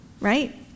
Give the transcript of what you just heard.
right